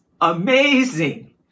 amazing